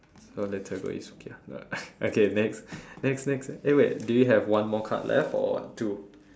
so later we go eat sukiya no lah okay next next next eh wait do you have one more card left or what two